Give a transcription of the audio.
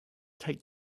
take